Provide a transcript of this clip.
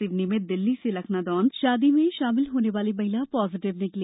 सिवनी में दिल्ली से लखनादोन शादी में शामिल होने आई महिला पॉजिटिव निकली